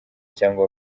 cyangwa